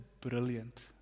brilliant